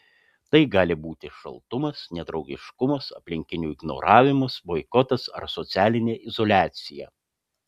tai gali būti šaltumas nedraugiškumas aplinkinių ignoravimas boikotas ar socialinė izoliacija